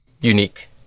unique